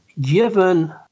given